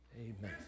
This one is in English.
Amen